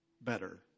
Better